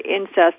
incest